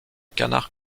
canard